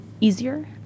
easier